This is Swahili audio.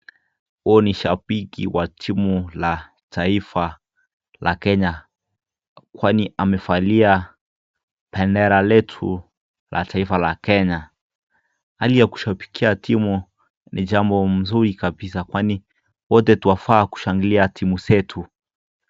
Huu ni shabiki wa timu la taifa la kenya kwani amevalia bendera letu la taifa la kenya. Hali ya kushabikia timu ni jambo mzuri kabisa kwani wote twafaa kushangilia timu zetu.